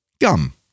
Gum